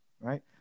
right